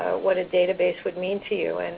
what a database would mean to you. and